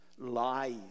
lies